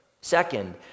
Second